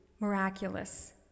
miraculous